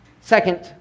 Second